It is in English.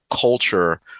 culture